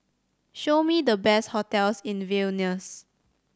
show me the best hotels in Vilnius